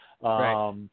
Right